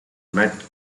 met